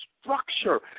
structure